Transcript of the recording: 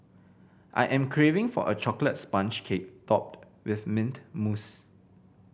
I am craving for a chocolate sponge cake topped with mint mousse